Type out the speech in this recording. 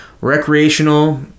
recreational